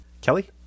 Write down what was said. Kelly